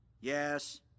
Yes